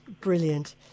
Brilliant